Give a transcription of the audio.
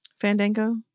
fandango